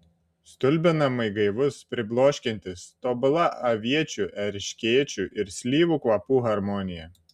stulbinamai gaivus pribloškiantis tobula aviečių erškėčių ir slyvų kvapų harmonija